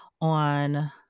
on